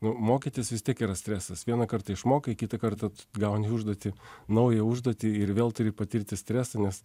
nu mokytis vis tiek yra stresas vieną kartą išmokai kitą kartą gauni užduotį naują užduotį ir vėl turi patirti stresą nes